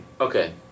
Okay